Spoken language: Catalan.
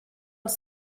els